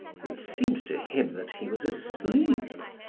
it seemed to him that he was asleep,